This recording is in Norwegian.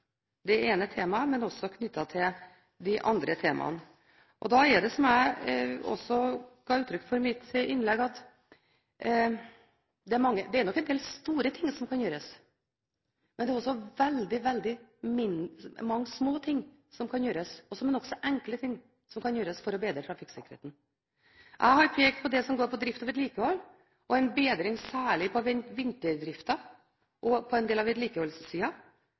Da er det, som jeg ga uttrykk for i mitt innlegg, en del store ting som kan gjøres, men det er også veldig mange små ting som kan gjøres, som er nokså enkle, for å bedre trafikksikkerheten. Jeg har pekt på det som går på drift og vedlikehold, på en bedring særlig av vinterdriften og på en del av